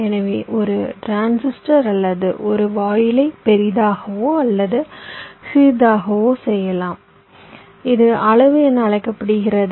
எனவே ஒரு டிரான்சிஸ்டர் அல்லது ஒரு வாயிலை பெரியதாகவோ அல்லது சிறியதாகவோ செய்யலாம் இது அளவு என அழைக்கப்படுகிறது